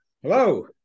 Hello